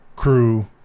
Crew